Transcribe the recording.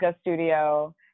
studio